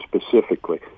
specifically